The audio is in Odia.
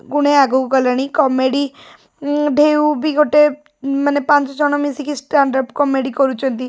ଗୁଣେ ଆଗକୁ ଗଲାଣି କମେଡ଼ି ଢେଉ ବି ଗୋଟେ ମାନେ ପାଞ୍ଚଜଣ ମିଶିକି ଷ୍ଟାଣ୍ଡଅପ୍ କମେଡ଼ି କରୁଛନ୍ତି